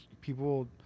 people